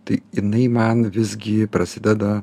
tai jinai man visgi prasideda